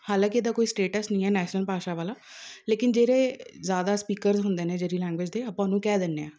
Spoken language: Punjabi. ਹਾਲਾਂਕਿ ਇਹਦਾ ਕੋਈ ਸਟੇਟਸ ਨਹੀਂ ਹੈ ਨੈਸ਼ਨਲ ਭਾਸ਼ਾ ਵਾਲਾ ਲੇਕਿਨ ਜਿਹੜੇ ਜ਼ਿਆਦਾ ਸਪੀਕਰਜ਼ ਹੁੰਦੇ ਨੇ ਜਿਹੜੀ ਲੈਂਗੁਏਜ ਦੇ ਆਪਾਂ ਉਹਨੂੰ ਕਹਿ ਦਿੰਦੇ ਹਾਂ